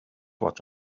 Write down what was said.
what